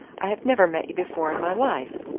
i have never met you before in my life.